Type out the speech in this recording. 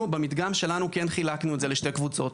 אנחנו במדגם שלנו כן חילקנו את זה לשתי קבוצות,